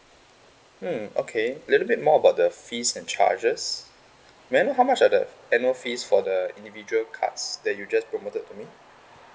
hmm okay little bit more about the fees and charges may I know how much are the annual fees for the individual cards that you just promoted to me